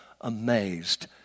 amazed